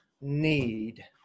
need